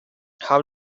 how